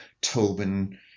Tobin